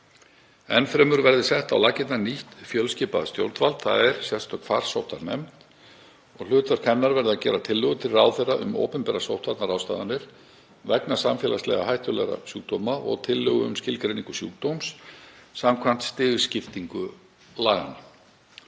Enn fremur verði sett á laggirnar nýtt fjölskipað stjórnvald, þ.e. sérstök farsóttanefnd. Hlutverk hennar verði að gera tillögu til ráðherra um opinberar sóttvarnaráðstafanir vegna samfélagslega hættulegra sjúkdóma og tillögu um skilgreiningu sjúkdóms samkvæmt stigskiptingu laganna,